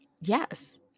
Yes